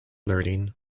learning